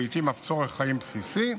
ולעיתים אף צורך חיים בסיסי,